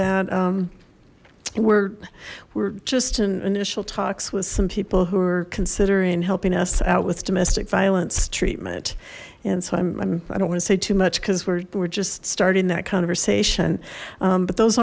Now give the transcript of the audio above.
that we're we're just in initial talks with some people who are considering helping us out with domestic violence treatment and so i don't want to say too much because we're just starting that conversation but those